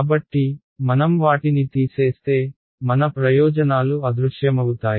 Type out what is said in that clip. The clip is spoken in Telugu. కాబట్టి మనం వాటిని తీసేస్తే మన ప్రయోజనాలు అదృశ్యమవుతాయి